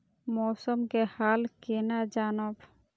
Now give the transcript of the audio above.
मौसम के हाल केना जानब?